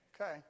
Okay